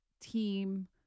team